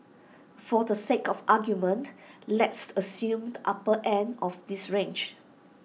for the sake of argument let's assume the upper end of this range